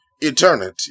eternity